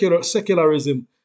secularism